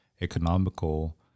economical